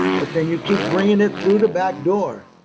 but then you keep bringing it through the back door,